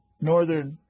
Northern